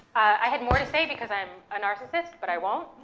i had more to say, because i'm a narcissist, but i won't,